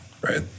right